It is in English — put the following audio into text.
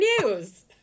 news